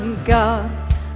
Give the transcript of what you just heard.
God